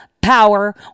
power